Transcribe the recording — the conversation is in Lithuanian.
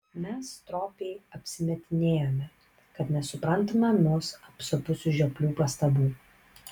mes stropiai apsimetinėjome kad nesuprantame mus apsupusių žioplių pastabų